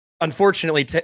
unfortunately